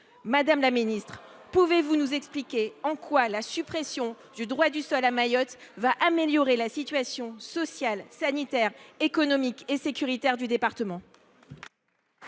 Madame la ministre, pouvez vous nous expliquer en quoi la suppression du droit du sol à Mayotte améliorera la situation sociale, sanitaire, économique et sécuritaire du département ?